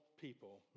people